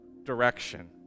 direction